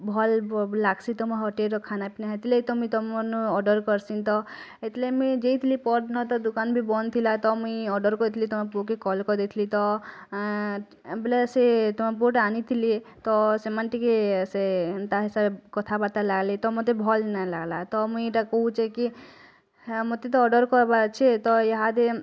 ଭଲ୍ ବ ଲାଗଶିଁ ତମ ହୋଟେଲ୍ର ଖାନା ପିନା ହେତିଲାଗି ତ ମୁଇଁ ତମନ ଅର୍ଡ଼ର୍ କରସିଁ ତ ହେତିଲାଗି ମୁଇଁ ଯାଇଥିଲି ପରଦିନ ଦୁକାନ୍ ବି ବନ୍ଦ ଥିଲା ତ ମୁଇଁ ଅର୍ଡ଼ର୍ କରେଥିଲି ତମ ପୁଅ କେ କଲ୍ କରିଦେଇଥିଲି ତ ବଲେ ସିଏ ତମ ପୁଅଟା ଆଣିଥିଲେ ତ ସେମାନେ ଟିକେ ସେ ଏନ୍ତା ହିସାବ୍ କଥାବାର୍ତା ଲାଗଲି ତ ମୋତେ ଭଲ୍ ନାଇଁ ଲାଗଲା ତ ମୁଇଁ ଏଟା କଉଁଛି କି ହେଁ ମୋତେ ତ ଅର୍ଡ଼ର୍ କରିବାର୍ ଅଛିଁ ତ ୟାଦେ